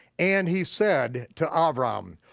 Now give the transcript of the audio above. and he said to abram,